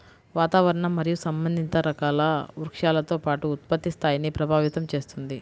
వాతావరణం మరియు సంబంధిత రకాల వృక్షాలతో పాటు ఉత్పత్తి స్థాయిని ప్రభావితం చేస్తుంది